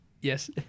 yes